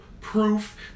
proof